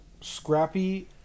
Scrappy